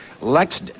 Lex